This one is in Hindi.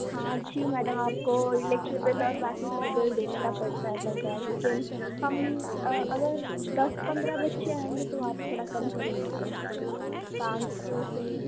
हाँ जी मैडम आपको इलेक्ट्री बिल और बाकी सब बिल देने का पड़ता है पता है लेकिन हम अगर दस पंद्रह बच्चे आएंगे तो आप थोड़ा कम करेंगे क्या पाँच सौ से